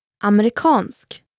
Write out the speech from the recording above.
Amerikansk